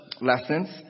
lessons